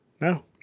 No